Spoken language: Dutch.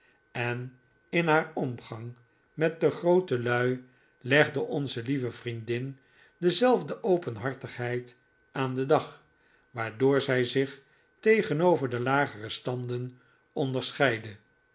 en in haar omgang met de grootelui legde onze lieve vriendin dezelfde openhartigheid aan den dag waardoor zij zich tegenover de lagere standen onderscheidde